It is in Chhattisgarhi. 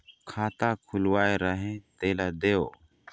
खाता खुलवाय रहे तेला देव?